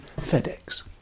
FedEx